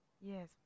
Yes